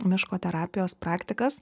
miško terapijos praktikas